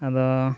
ᱟᱫᱚ